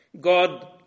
God